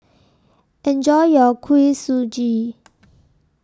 Enjoy your Kuih Suji